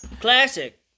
Classic